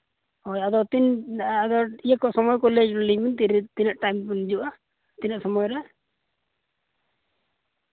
ᱦᱳᱭ ᱟᱫᱚ ᱛᱤᱱ ᱟᱫᱚ ᱤᱭᱟᱹ ᱠᱚ ᱥᱚᱢᱚᱭ ᱠᱚ ᱞᱟᱹᱭ ᱟᱹᱞᱤᱧ ᱵᱤᱱ ᱛᱤᱨᱮ ᱛᱤᱱᱟᱹᱜ ᱴᱟᱭᱤᱢ ᱛᱮᱵᱤᱱ ᱦᱤᱡᱩᱜᱼᱟ ᱛᱤᱱᱟᱹᱜ ᱥᱚᱢᱚᱭ ᱨᱮ